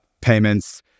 payments